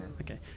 Okay